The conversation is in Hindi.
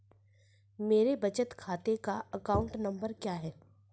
मेरे बचत खाते का अकाउंट नंबर क्या है?